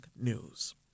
news